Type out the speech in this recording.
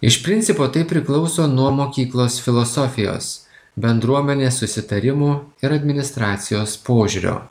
iš principo tai priklauso nuo mokyklos filosofijos bendruomenės susitarimų ir administracijos požiūrio